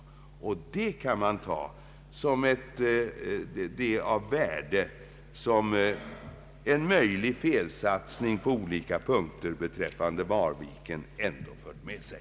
Detta kan ses som det värde som, trots felsatsning på olika punkter, Marvikenprojektet ändå fört med sig.